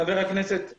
חבר הכנסת סמוטריץ'